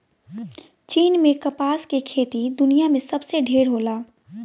चीन में कपास के खेती दुनिया में सबसे ढेर होला